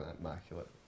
Immaculate